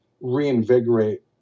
reinvigorate